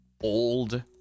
old